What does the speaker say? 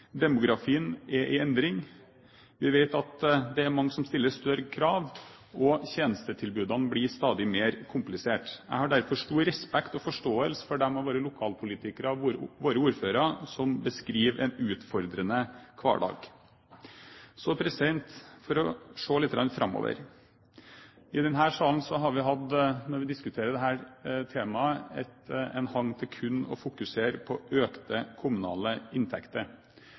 mange som stiller større krav, og tjenestetilbudene blir stadig mer komplisert. Jeg har derfor stor respekt og forståelse for dem av våre lokalpolitikere og våre ordførere som beskriver en utfordrende hverdag. Så, for å se lite grann framover: I denne salen har vi, når vi diskuterer dette temaet, hatt en hang til kun å fokusere på økte kommunale inntekter.